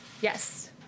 yes